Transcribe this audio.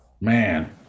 man